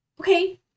Okay